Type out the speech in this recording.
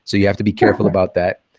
so you have to be careful about that.